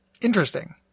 Interesting